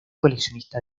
coleccionista